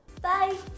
Bye